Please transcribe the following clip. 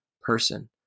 person